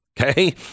Okay